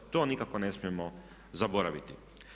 To nikako ne smijemo zaboraviti.